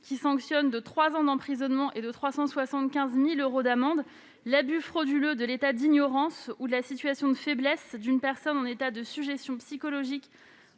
qui sanctionne de trois ans d'emprisonnement et de 375 000 euros d'amende « l'abus frauduleux de l'état d'ignorance ou de la situation de faiblesse [...] d'une personne en état de sujétion psychologique